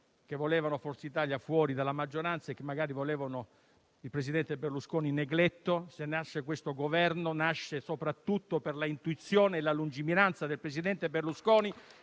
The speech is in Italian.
le volevano fuori dalla maggioranza e che magari volevano il presidente Berlusconi negletto. Se questo Governo è nato, è soprattutto per l'intuizione e la lungimiranza del presidente Berlusconi